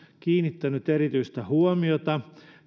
kiinnittänyt erityistä huomiota